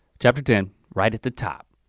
chapter ten, right at the top.